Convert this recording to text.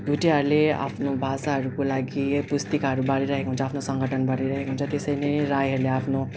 भोटियाहरूले आफ्नो भाषाहरूको लागि पुस्तिकाहरू बाडिरहेको हुन्छ आफ्नो सङ्गठन बढाइरहेको हुन्छ त्यसरी नै राईहरूले आफ्नो